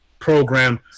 program